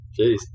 Jeez